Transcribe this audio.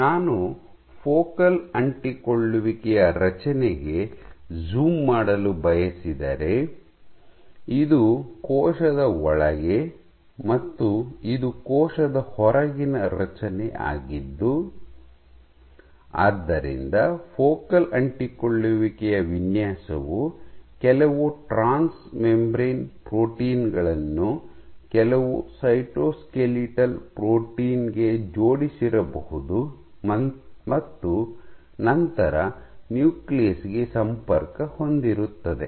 ನಾನು ಫೋಕಲ್ ಅಂಟಿಕೊಳ್ಳುವಿಕೆಯ ರಚನೆಗೆ ಝುಮ್ ಮಾಡಲು ಬಯಸಿದರೆ ಇದು ಕೋಶದ ಒಳಗೆ ಮತ್ತು ಇದು ಕೋಶದ ಹೊರಗಿನ ರಚನೆ ಆಗಿದ್ದು ಆದ್ದರಿಂದ ಫೋಕಲ್ ಅಂಟಿಕೊಳ್ಳುವಿಕೆಯ ವಿನ್ಯಾಸವು ಕೆಲವು ಟ್ರಾನ್ಸ್ಮೆಂಬ್ರೇನ್ ಪ್ರೋಟೀನ್ ಗಳನ್ನು ಕೆಲವು ಸೈಟೋಸ್ಕೆಲಿಟಲ್ ಪ್ರೋಟೀನ್ ಗೆ ಜೋಡಿಸಿರಬಹುದು ಮತ್ತು ನಂತರ ನ್ಯೂಕ್ಲಿಯಸ್ ಗೆ ಸಂಪರ್ಕ ಹೊಂದಿರುತ್ತದೆ